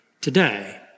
today